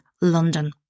London